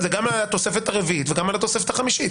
זה גם על התוספת וגם על התוספת החמישית.